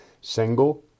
Single